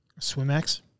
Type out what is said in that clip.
Swimax